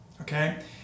okay